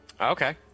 Okay